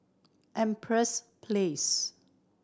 Empress Place